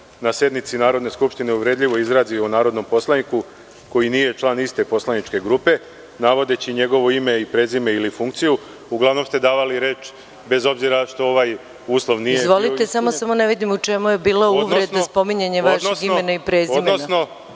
na sednici Narodne skupštine uvredljivo izrazi o narodnom poslaniku koji nije član iste poslaničke grupe navodeći njegovo ime i prezime ili funkciju…, uglavnom ste davali reč bez obzira što ovaj uslov nije… **Maja Gojković** Izvolite. Ne vidim u čemu je bila uvreda spominjanjem vašeg imena i prezimena.